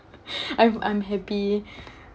I'm I'm happy